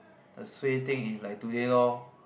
a suay thing is like today lor